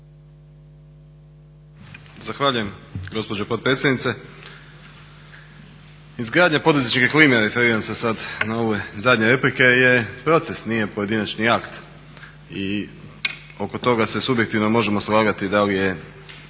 Zahvaljujem gospođo potpredsjednice. Izgradnja poduzetničke klime, referiram se sad na ove zadnje replike je proces nije pojedinačni akt i oko toga se subjektivno možemo slagati da li su